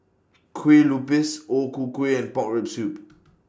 Kue Lupis O Ku Kueh and Pork Rib Soup